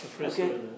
okay